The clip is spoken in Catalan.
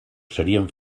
serien